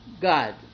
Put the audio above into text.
God